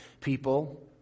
people